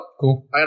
Cool